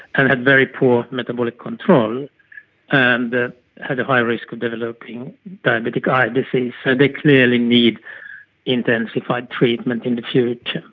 and had very poor metabolic control um and had a high risk of developing diabetic eye disease. so they clearly need intensified treatment in the future.